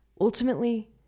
ultimately